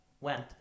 went